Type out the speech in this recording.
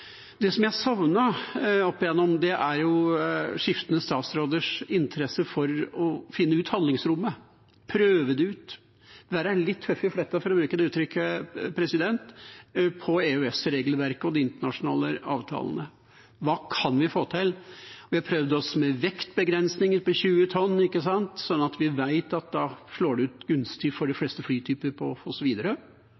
jeg har savnet opp igjennom, er skiftende statsråders interesse for å finne handlingsrommet, prøve det ut, være litt tøffe i fletta, for å bruke det uttrykket, når det gjelder EØS-regelverket og de internasjonale avtalene. Hva kan vi få til? Vi har prøvd oss med vektbegrensninger på 20 tonn, da vet vi at det slår ut gunstig for de